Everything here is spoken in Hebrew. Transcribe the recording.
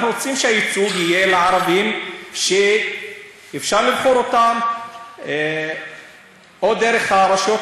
אנחנו רוצים שהייצוג יהיה לערבים שאפשר לבחור או דרך הרשויות